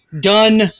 done